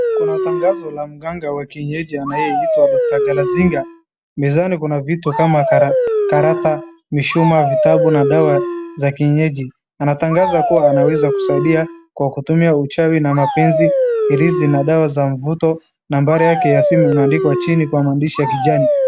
Kuna tangazo la mganga wa kienyeji anayeitwa doctor Galazinga. Mezani kuna vitu kama: karata, mishumaa, vitabu na dawa za kienyeji. Anatangaza kuwa anaweza kusaidia kwa kutumia uchawi na mapenzi, ibilisi na dawa za mvuto. Nambari yake ya simu imeandikwa chini kwa maandishi ya kijani.